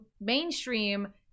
mainstream